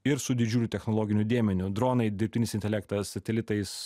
ir su didžiuliu technologiniu dėmeniu dronai dirbtinis intelektas satelitais